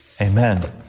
Amen